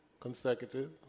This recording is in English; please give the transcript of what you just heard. consecutive